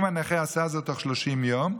אם הנכה עשה זאת תוך 30 יום,